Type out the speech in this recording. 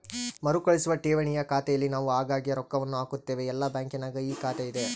ಮರುಕಳಿಸುವ ಠೇವಣಿಯ ಖಾತೆಯಲ್ಲಿ ನಾವು ಆಗಾಗ್ಗೆ ರೊಕ್ಕವನ್ನು ಹಾಕುತ್ತೇವೆ, ಎಲ್ಲ ಬ್ಯಾಂಕಿನಗ ಈ ಖಾತೆಯಿದೆ